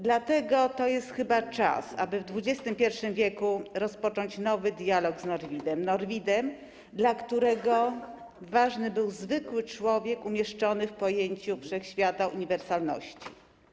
Dlatego jest chyba czas, aby w XXI w. rozpocząć nowy dialog z Norwidem, Norwidem, dla którego ważny był zwykły człowiek umieszczony w pojęciu wszechświata, uniwersalności.